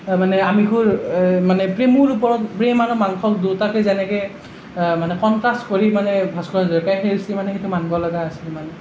মানে আমিষৰ মানে প্ৰেমৰ ওপৰত প্ৰেম আৰু মাংসক দুয়োটাকে যেনেকৈ মানে কন্ট্ৰাষ্ট কৰি মানে ভাস্কৰ হাজৰিকাই সেই কৰিছে মানে সেইটো মানিব লগা আছিল মানে